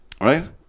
Right